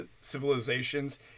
civilizations